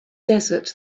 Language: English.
desert